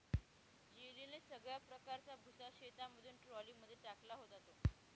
जेलीने सगळ्या प्रकारचा भुसा शेतामधून ट्रॉली मध्ये टाकला जातो